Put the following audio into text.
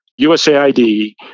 USAID